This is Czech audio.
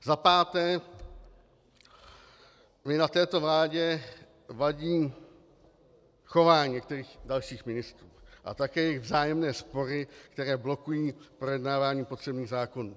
Na této vládě mi vadí chování některých dalších ministrů a také jejich vzájemné spory, které blokují projednávání potřebných zákonů.